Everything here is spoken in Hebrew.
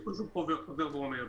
ואני שוב חוזר ואומר,